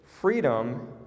Freedom